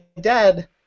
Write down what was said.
dad